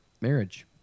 marriage